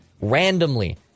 randomly